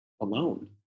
alone